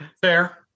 Fair